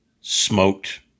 smoked